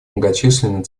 многочисленными